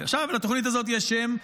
לתוכנית הזאת יש שם,